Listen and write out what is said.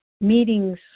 Meetings